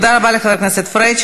תודה רבה לחבר הכנסת פריג'.